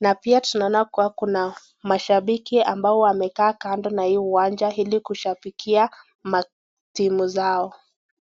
Na pia tunaona kuwa kuna mashabiki ambao wamekaa kando na hii uwanja ili kushabikia matimu zao.